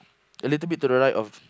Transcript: a little bit to the right of